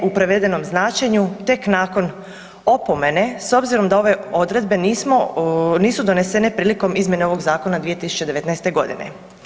U prevedenom značenju tek nakon opomene s obzirom da ove odredbe nisu donesene prilikom izmjene ovog zakona 2019. godine.